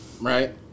right